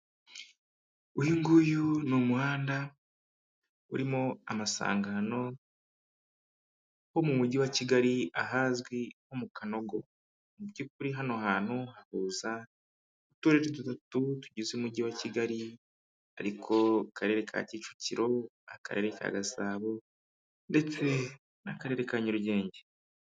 Uyu nguyu ni umuhanda urimo amasangano ho mu mugi wa Kigali ahazwi nko mu kanogo. Mu by'ukuri hano hantu hahuza uturere dutatu tugize umugi wa Kigali ari two: Akarere ka Kicukiro, Akarere ka Gasabo ndetse n'Akarere ka Nyarugenge.